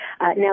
now